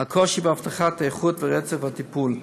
הקושי בהבטחת איכות ורצף הטיפול,